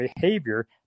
behavior